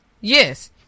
Yes